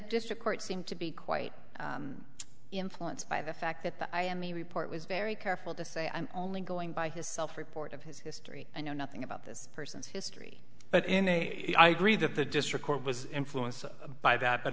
district court seem to be quite influenced by the fact that the i am the report was very careful to say i'm only going by his self report of his history i know nothing about this person's history but in a i agree that the district court was influenced by that but